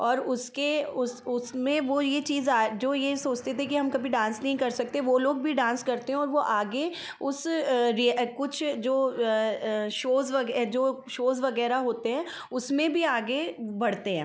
और उसके उसमे वो ये चीज़ जो वो सोचते थे की हम कभी डांस नहीं कर सकते वो लोग भी डांस करते हैं और वो आगे उस कुछ जो शोज वगे शोज वगैरह होते हैं उसमें भी आगे बढ़ते हैं